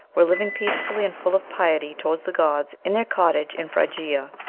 were living peacefully and full of piety toward the gods in their cottage in phrygia,